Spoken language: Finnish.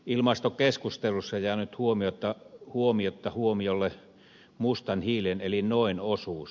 ilmastokeskustelussa on jäänyt huomiotta mustan hiilen eli noen osuus